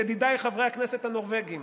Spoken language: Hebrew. ידידיי חברי הכנסת הנורבגים,